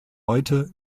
heute